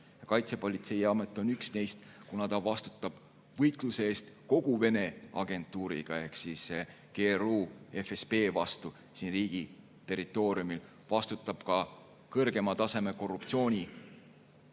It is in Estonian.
Kaitsepolitseiamet on üks neist, kuna ta vastutab võitluse eest kogu Vene agentuuri vastu ehk GRU ja FSB vastu. Siin riigi territooriumil vastutab ta ka kõrgema taseme korruptsiooni